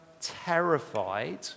terrified